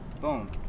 Boom